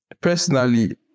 personally